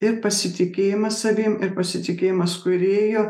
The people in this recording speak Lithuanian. ir pasitikėjimas savim ir pasitikėjimas kūrėju